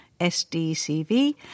SDCV